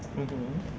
mmhmm